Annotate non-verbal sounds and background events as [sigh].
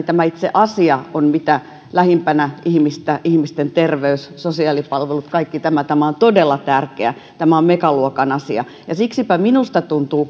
[unintelligible] tämä itse asia on mitä lähimpänä ihmistä ihmisten terveys sosiaalipalvelut kaikki tämä tämä on todella tärkeä tämä on megaluokan asia siksipä minusta tuntuu [unintelligible]